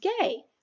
gay